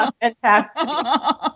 Fantastic